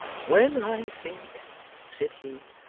when i think said he,